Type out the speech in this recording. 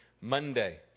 Monday